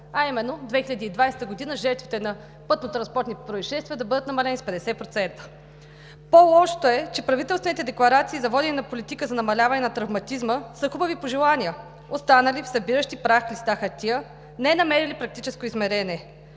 а именно през 2020 г. жертвите на пътнотранспортните произшествия да бъдат намалени с 50%. По-лошото е, че правителствените декларации за водене на политика за намаляване на травматизма са хубави пожелания, останали в събиращи прах листа хартия, ненамерили практическо измерение.